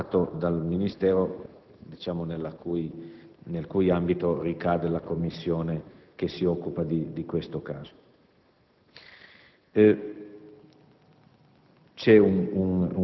il Governo sia rappresentato dal Ministro nel cui ambito ricade la Commissione che si occupa di questo caso.